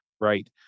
right